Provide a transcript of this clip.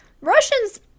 Russians